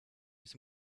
its